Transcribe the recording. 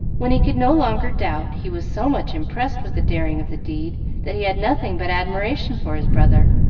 when he could no longer doubt, he was so much impressed with the daring of the deed that he had nothing but admiration for his brother,